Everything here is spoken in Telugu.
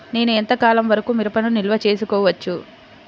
నేను ఎంత కాలం వరకు మిరపను నిల్వ చేసుకోవచ్చు?